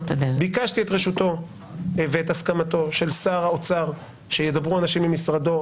ביקשתי את רשותו ואת הסכמתו של שר האוצר שידברו אנשים ממשרדו,